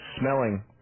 smelling